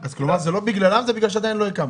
כלומר, זה לא בגללם, זה בגלל שעדיין לא הקמתם.